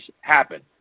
happen